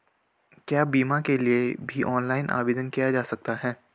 क्या बीमा के लिए भी ऑनलाइन आवेदन किया जा सकता है?